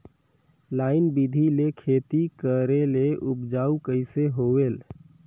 Line बिधी ले खेती करेले उपजाऊ कइसे होयल?